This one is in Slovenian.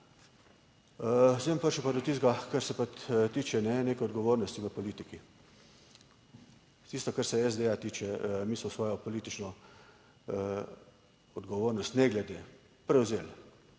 pa do tistega, kar se pa tiče neke odgovornosti v politiki. Tisto kar se SD tiče, mi s svojo politično odgovornost ne glede prevzeli,